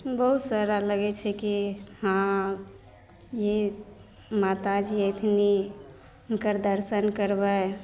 बहुत सारा लगै छै कि हँ ई माताजी अएथिन हुनकर दर्शन करबै